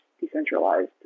decentralized